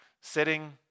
sitting